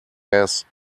ass